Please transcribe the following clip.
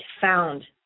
found